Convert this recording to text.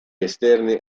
esterni